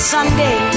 Sunday